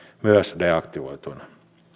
myös deaktivoituina